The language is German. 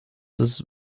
das